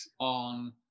on